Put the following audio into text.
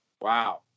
Wow